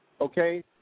okay